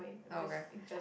oh K